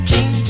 King